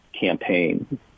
campaign